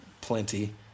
plenty